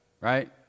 right